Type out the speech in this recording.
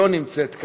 אינה נוכחת,